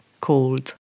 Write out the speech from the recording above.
called